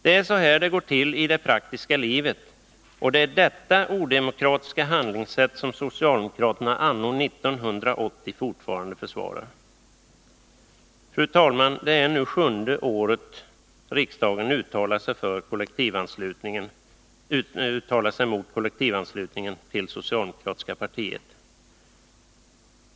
Det är så här det går till i det praktiska livet, och det är detta odemokratiska handlingssätt som socialdemokraterna anno 1980 fortfarande försvarar. Fru talman! Det är nu sjunde året riksdagen uttalar sig mot kollektivanslutningen till det socialdemokratiska partiet.